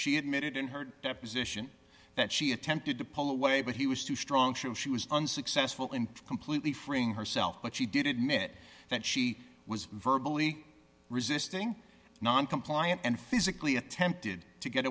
she admitted in her deposition that she attempted to pull away but he was too strong to show she was unsuccessful in completely freeing herself but she did it mitt that she was verbal eat resisting non compliant and physically attempted to get